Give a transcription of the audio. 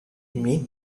meet